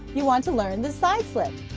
you want to learn the side slip.